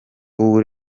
ubu